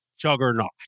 Juggernaut